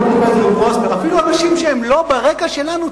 אפילו אנשים שהם לא ברקע שלנו,